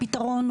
אבקש שהח"כ,